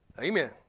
Amen